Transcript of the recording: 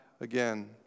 again